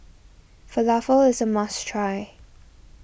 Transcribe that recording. Falafel is a must try